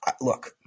look